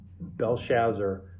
Belshazzar